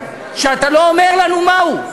שאתה לא אומר לנו מהו.